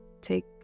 take